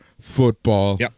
football